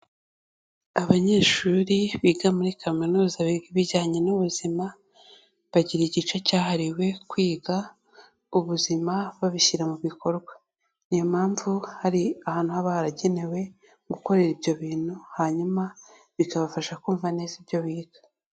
Abanyeshuri biga muri kaminuza biga ibijyanye n'ubuzima bagira igice cyahariwe kwiga ubuzima babishyira mu bikorwa, ni iyo mpamvu hari ahantu haba haragenewe gukorera ibyo bintu hanyuma bikabafasha kumva neza ibyo biga.